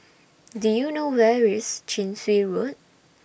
Do YOU know Where IS Chin Swee Road